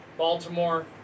Baltimore